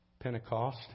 Pentecost